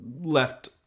left